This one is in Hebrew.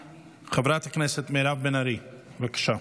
חברת הכנסת מירב בן ארי, בבקשה.